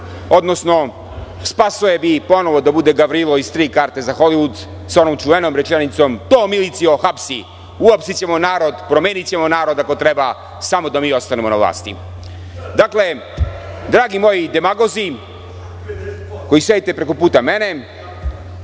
odnosno Spasoje bi ponovo da bude Gavrilo iz „Tri karte za Holivud“, sa onom čuvenom rečenicom: „To, milicijo, hapsi, uhapsićemo narod, promenićemo narod ako treba, samo da mi ostanemo na vlasti“.Dakle, dragi moji demagozi koji sedite preko puta mene,